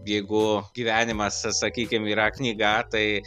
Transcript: jeigu gyvenimas sakykim yra knyga tai